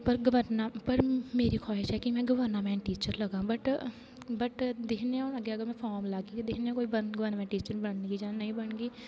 पर मेरी ख्वाहिश ऐ कि में गवर्नामेंट टीचर लग्गां बट बट दिक्खने हां हून अग्गे जिसलै में फार्म लागी गवर्नामेंट टीचर बननी आं जां नेईं बनगी